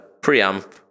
preamp